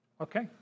Okay